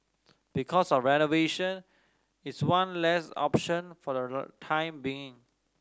because of renovation it's one less option for the time being